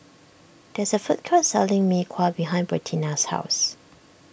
there is a food court selling Mee Kuah behind Bertina's house